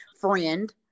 friend